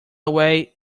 away